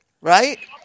right